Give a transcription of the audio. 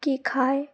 কী খায়